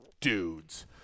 dudes